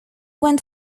went